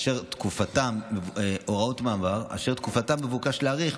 אשר את תקופתה מבוקש להאריך,